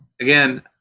again